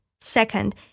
Second